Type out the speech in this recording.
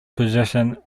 position